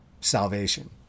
salvation